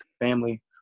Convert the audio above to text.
family